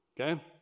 Okay